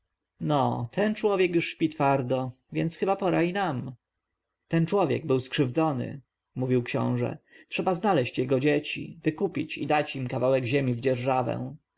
no ten człowiek już śpi twardo więc chyba pora i nam ten człowiek był skrzywdzony mówił książę trzeba znaleźć jego dzieci wykupić i dać im kawałek ziemi w dzierżawę